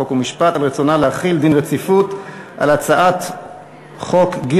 חוק ומשפט על רצונה להחיל דין רציפות על הצעת חוק גיל